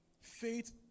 faith